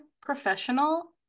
professional